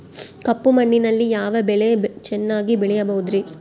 ಕಪ್ಪು ಮಣ್ಣಿನಲ್ಲಿ ಯಾವ ಬೆಳೆ ಚೆನ್ನಾಗಿ ಬೆಳೆಯಬಹುದ್ರಿ?